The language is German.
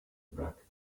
wrack